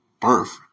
birth